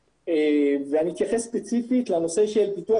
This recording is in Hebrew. אני אתייחס ספציפית לנושא של פיתוח